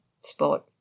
sport